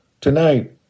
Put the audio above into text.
Tonight